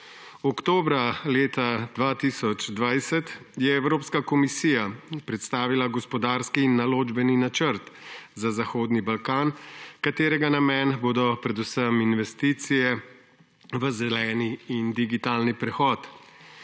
Oktobra leta 2020 je Evropska komisija predstavila gospodarski in naložbeni načrt za Zahodni Balkan, katerega namen bodo predvsem investicije v zeleni in digitalni prehod.